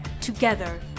together